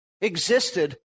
existed